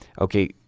okay